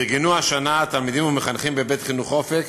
ארגנו השנה תלמידים ומחנכים בבית-חינוך "אופק".